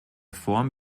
form